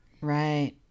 Right